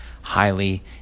highly